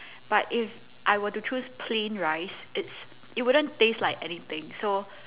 but if I were to choose plain rice it's it wouldn't taste like anything so